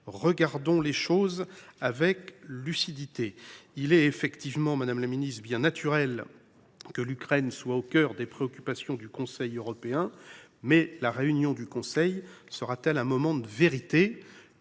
Regardons les choses avec lucidité ! Madame la secrétaire d’État, il est bien naturel que l’Ukraine soit au cœur des préoccupations du Conseil européen, mais la réunion du Conseil sera t elle un moment de vérité ?